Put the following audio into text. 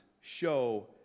show